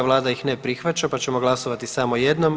Vlada ih ne prihvaća, pa ćemo glasovati samo jednom.